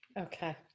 okay